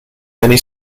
many